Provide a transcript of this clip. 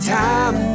time